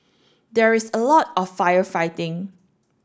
there's a lot of firefighting